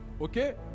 okay